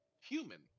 human